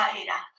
era